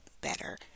better